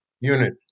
unit